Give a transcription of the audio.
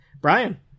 brian